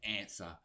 answer